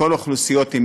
לכל האוכלוסיות עם